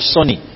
Sony